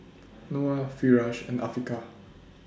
Noah Firash and Afiqah